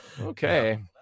okay